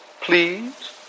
Please